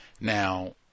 Now